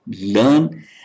learn